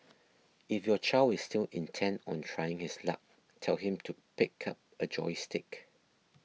if your child is still intent on trying his luck tell him to pick up a joystick